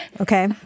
okay